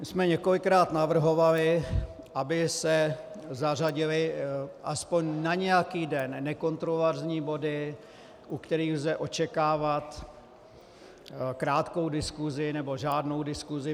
My jsme několikrát navrhovali, aby se zařadily alespoň na nějaký den nekontroverzní body, u kterých lze očekávat krátkou diskuzi nebo žádnou diskuzi.